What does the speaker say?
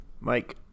Mike